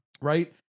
Right